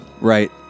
Right